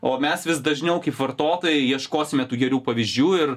o mes vis dažniau kaip vartotojai ieškosime tų gerų pavyzdžių ir